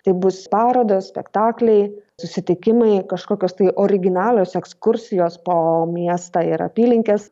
tai bus parodos spektakliai susitikimai kažkokios tai originalios ekskursijos po miestą ir apylinkes